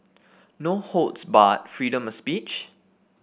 no holds barred freedom of speech